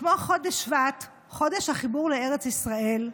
כמו חודש שבט, חודש החיבור לארץ ישראל,